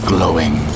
Glowing